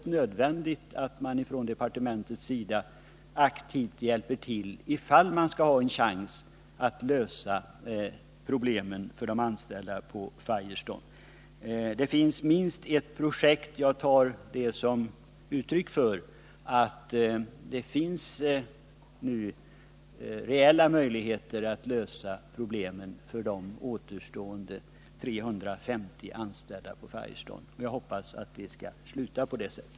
Jag tror att det är helt Nr 98 nödvändigt att departementet aktivt hjälper till för att det skall finnas en Måndagen den chans att lösa problemen för de anställda på Firestone. Det föreligger minst 10 mars 1980 ett projekt. Jag tar det som ett uttryck för att det nu finns reella möjligheter att lösa problemen för de återstående 350 anställda hos Firestone — och jag Om sysselsättninghoppas att det slutligen skall bli på det sättet.